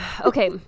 Okay